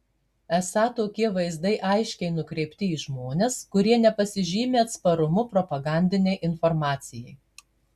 esą tokie vaizdai aiškiai nukreipti į žmones kurie nepasižymi atsparumu propagandinei informacijai